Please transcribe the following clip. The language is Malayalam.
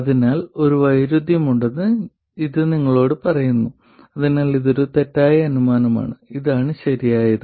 അതിനാൽ ഒരു വൈരുദ്ധ്യമുണ്ടെന്ന് ഇത് നിങ്ങളോട് പറയുന്നു അതിനാൽ ഇത് തെറ്റായ അനുമാനമാണ് ഇതാണ് ശരിയായത്